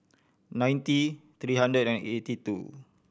ninety three hundred and eighty two